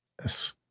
Yes